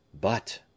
But